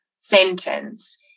sentence